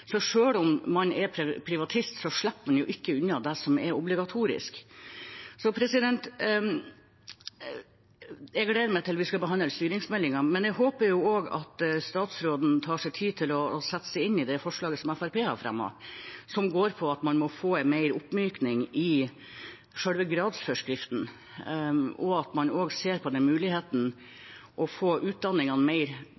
Så selv om man er privatist, slipper man ikke unna det som er obligatorisk. Jeg gleder meg til vi skal behandle styringsmeldingen, men jeg håper også statsråden tar seg tid til å sette seg inn i det forslaget Fremskrittspartiet har fremmet. Det går på at man må få mer oppmykning i selve gradsforskriften, og at man også ser på den